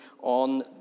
on